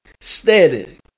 steady